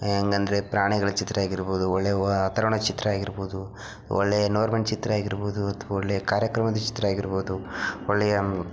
ಹೇಗಂದ್ರೆ ಪ್ರಾಣಿಗಳ ಚಿತ್ರ ಆಗಿರ್ಬೋದು ಒಳ್ಳೆಯ ವಾತರಣ ಚಿತ್ರ ಆಗಿರ್ಬೋದು ಒಳ್ಳೆಯ ನೋರ್ಮನ್ ಚಿತ್ರ ಆಗಿರ್ಬೋದು ಅಥವಾ ಒಳ್ಳೆಯ ಕಾರ್ಯಕ್ರಮದ ಚಿತ್ರ ಆಗಿರ್ಬೋದು ಒಳ್ಳೆಯ